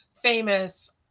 famous